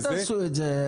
אל תעשו את זה.